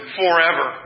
forever